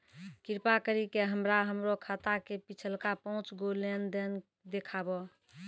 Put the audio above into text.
कृपा करि के हमरा हमरो खाता के पिछलका पांच गो लेन देन देखाबो